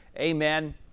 Amen